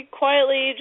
quietly